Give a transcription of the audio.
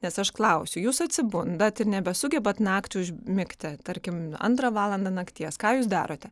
nes aš klausiu jūs atsibundat ir nebesugebat naktį užmigti tarkim antrą valandą nakties ką jūs darote